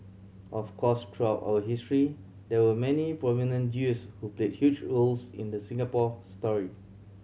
of course through our history there were many prominent Jews who played huge roles in the Singapore story